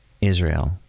Israel